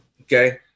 Okay